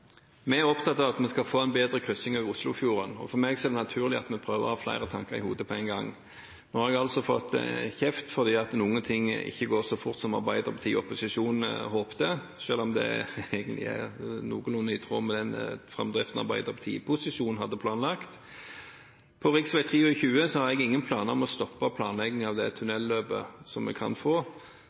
Vi er opptatt av at vi skal få en bedre kryssing over Oslofjorden, og for meg er det naturlig at vi prøver å ha flere tanker i hodet på en gang. Nå har jeg altså fått kjeft fordi ikke alt går så fort som Arbeiderpartiet og opposisjonen håpet, selv om det egentlig er noenlunde i tråd med den framdriften Arbeiderpartiet i posisjon hadde planlagt. Når det gjelder rv. 23, har jeg ingen planer om å stoppe planleggingen av det tunnelløpet som vi kan få,